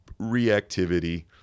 reactivity